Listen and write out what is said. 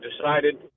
decided